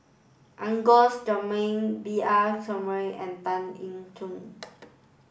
Agnes Joaquim B R Sreenivasan and Tan Eng Yoon